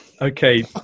Okay